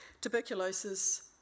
tuberculosis